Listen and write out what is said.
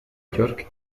york